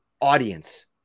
audience